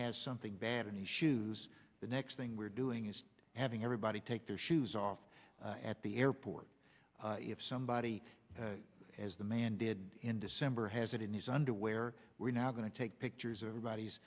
has something bad in issues the next thing we're doing is having everybody take their shoes off at the airport if somebody as the man did in december has it in his underwear we're now going to take pictures of everybody's